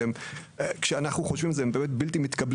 הסינוף לקלפי נקבע